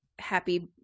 happy